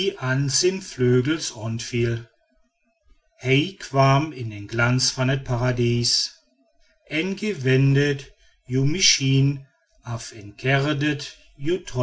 hij kwam in den glans van het paradijs